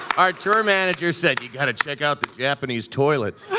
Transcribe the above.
our tour manager said, you've got to check out the japanese toilets.